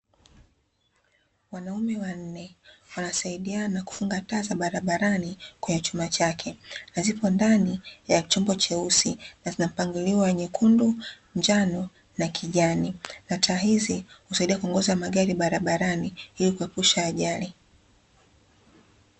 Wanaume wanne, wanasaidiana kufunga taa za barabarani kwenye chuma chake, na zipo ndani ya chombo cheusi na zina mpangilio wa nyekundu, njano na kijani. Na Taa hizi husaidia kuongoza magari barabarani ili kuepusha ajali.